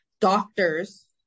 doctors